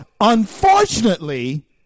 unfortunately